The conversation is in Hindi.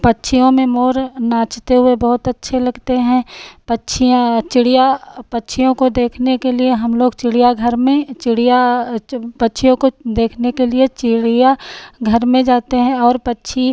पक्षियों में मोर नाचते हुए बहुत अच्छे लगते हैं पक्षियाँ चिड़िया पक्षियों को देखने के लिए हम लोग चिड़ियाघर में चिड़िया पक्षियों को देखने के लिए चिड़िया घर में जाते हैं और पक्षी